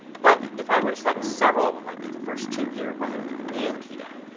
but if i were to select several of them, like the first two here by holding the command key down,